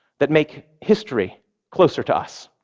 that make history closer to us.